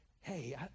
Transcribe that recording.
hey